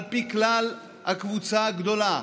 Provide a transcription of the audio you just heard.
על פי כלל הקבוצה הגדולה,